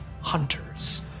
hunters